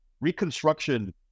reconstruction